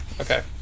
okay